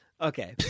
Okay